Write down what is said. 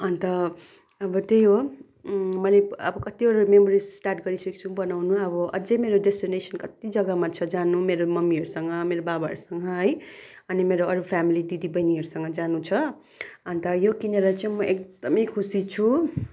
अन्त अब त्यही हो मैले अब कतिवटा मेमोरिज स्टार्ट गरिसकेको छु बनाउनु अब अझै मेरो डेस्टिनेसन कति जग्गामा छ जानु मेरो ममीहरूसँग मेरो बाबाहरूसँग है अनि मेरो अरू फेमिली दिदी बहिनीहरूसँग जानु छ अन्त यो किनेर चाहिँ म एकदमै खुसी छु